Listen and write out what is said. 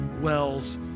wells